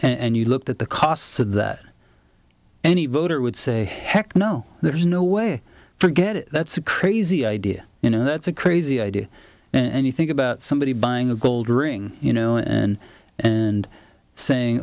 and you looked at the costs of that any voter would say heck no there's no way forget it that's a crazy idea you know that's a crazy idea and you think about somebody buying a gold ring you know and and saying